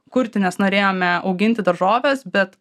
kurti nes norėjome auginti daržoves bet